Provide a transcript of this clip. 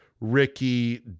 Ricky